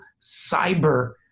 cyber